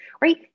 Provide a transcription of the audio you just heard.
Right